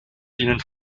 dienen